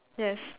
yes